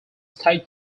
stated